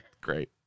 great